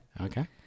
Okay